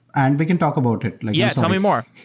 and we can talk about it yeah, tell me more.